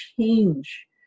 change